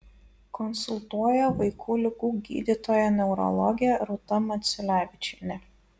konsultuoja vaikų ligų gydytoja neurologė rūta maciulevičienė